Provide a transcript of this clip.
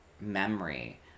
memory